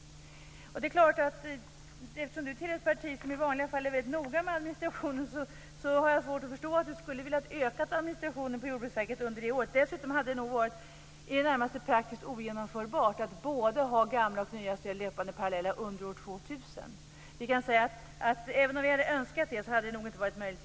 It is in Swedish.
Roy Hansson tillhör ju ett parti som i vanliga fall är väldigt noga med administrationen. Jag har svårt att förstå att han skulle vilja ha en ökad administration på Jordbruksverket under det året. Dessutom hade det varit i det närmaste praktiskt ogenomförbart att ha både gamla och nya system löpande parallellt under år 2000. Vi kan säga att även om vi hade önskat det hade det varit omöjligt.